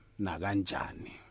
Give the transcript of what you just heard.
naganjani